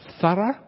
thorough